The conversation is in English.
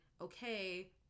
okay